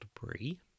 debris